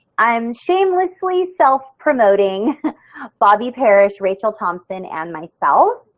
i'm shamelessly self promoting bobbi paris, rachel thompson and myself,